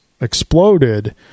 exploded